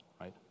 Right